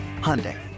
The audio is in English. Hyundai